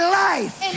life